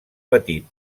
petit